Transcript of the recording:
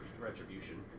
retribution